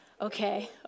Okay